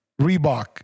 Reebok